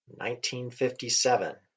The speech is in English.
1957